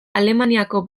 alemaniako